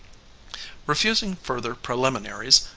refusing further preliminaries,